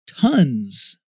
tons